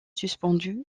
suspendu